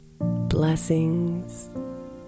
Blessings